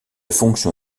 fonction